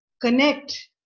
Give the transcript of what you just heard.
connect